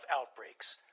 outbreaks